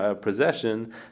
possession